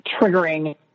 triggering